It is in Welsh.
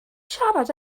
siarad